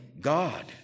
God